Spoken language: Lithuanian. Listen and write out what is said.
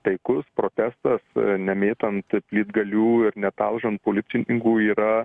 taikus protestas nemėtant plytgalių ir netalžant policininkų yra